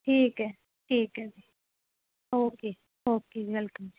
ਠੀਕ ਹੈ ਠੀਕ ਹੈ ਜੀ ਓਕੇ ਓਕੇ ਵੈਲਕਮ ਜੀ